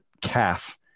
calf